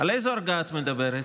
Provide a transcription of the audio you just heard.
על איזו הרגעה את מדברת?